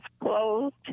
closed